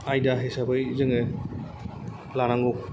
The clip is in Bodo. आयदा हिसाबै जोङो लानांगौ